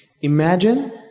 Imagine